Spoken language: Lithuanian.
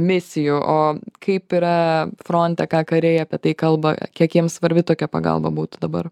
misijų o kaip yra fronte ką kariai apie tai kalba kiek jiems svarbi tokia pagalba būtų dabar